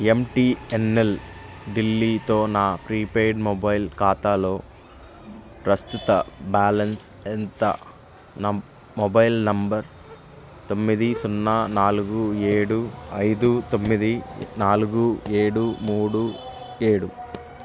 MTNL ఢిల్లీతో నా prepaid mobile ఖాతాలో ప్రస్తుత బ్యాలెన్స్ ఎంత నా మొబైల్ నంబర్ తొమ్మిది సున్న నాలుగు ఏడు ఐదు తొమ్మిది నాలుగు ఏడు మూడు ఏడు